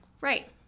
Right